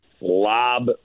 lob